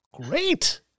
great